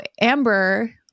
Amber